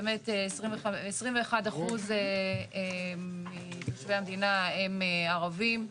באמת 21% מתושבי המדינה הם ערבים,